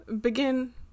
begin